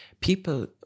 people